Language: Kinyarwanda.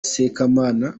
sekamana